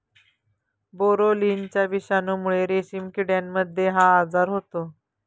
बोरोलिनाच्या विषाणूमुळे रेशीम किड्यांमध्ये हा आजार होतो